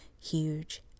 huge